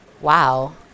Wow